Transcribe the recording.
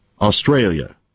Australia